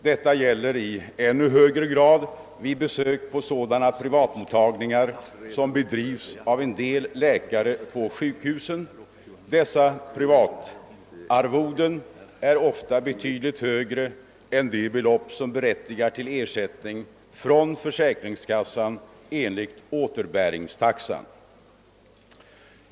Detta gäller i ännu högre grad vid besök på sådana privatmottagningar som bedrivs av en del läkare på sjukhusen — dessa privatarvoden är ofta betydligt högre än de belopp som berättigar till ersättning från försäkringskassan enligt återbäringstaxan.